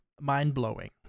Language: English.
mind-blowing